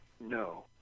no